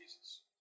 Jesus